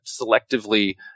selectively